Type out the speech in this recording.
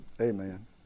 Amen